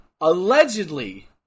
allegedly